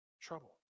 trouble